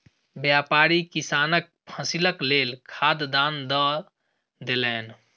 व्यापारी किसानक फसीलक लेल खाद दान दअ देलैन